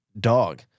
dog